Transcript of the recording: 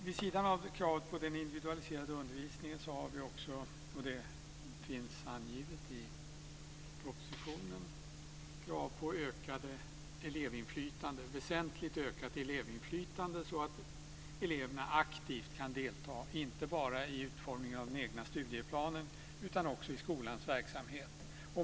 Vid sidan av kravet på den individualiserade undervisningen har vi också - det finns angivet i propositionen - krav på väsentligt ökat elevinflytande så att eleverna aktivt kan delta, inte bara i utformningen av den egna studieplanen utan också i skolans verksamhet.